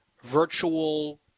virtual